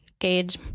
gauge